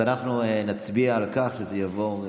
אז אנחנו נצביע על כך שזה יעבור.